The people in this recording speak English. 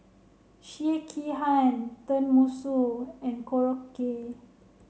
Sekihan Tenmusu and Korokke